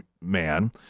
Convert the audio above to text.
man